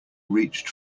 reached